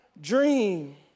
dream